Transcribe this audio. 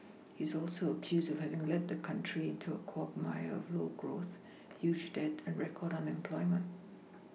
he is also accused of having led the country into a quagmire of low growth huge debt and record unemployment